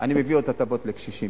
אני מביא עוד הטבות לקשישים.